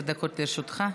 עשר דקות לרשותך.